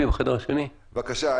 בבקשה,